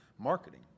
marketing